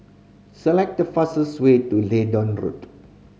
select the fastest way to Leedon Road